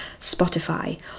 Spotify